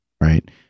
right